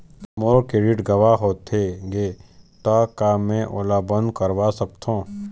मोर credit गंवा होथे गे ता का मैं ओला बंद करवा सकथों?